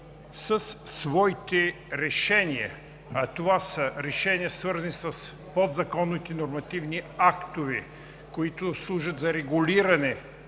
със своите решения, това са решения, свързани с подзаконовите нормативни актове, които служат за регулиране